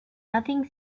nothing